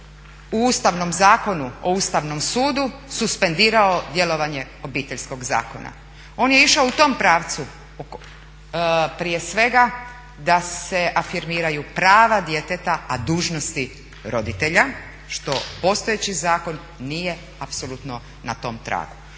u Ustavnom zakonu o Ustavnom sudu suspendirao djelovanje Obiteljskog zakona. On je išao u tom pravcu prije svega da se afirmiraju prava djeteta a dužnosti roditelja što postojeći zakon nije apsolutno na tom tragu.